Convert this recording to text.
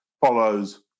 follows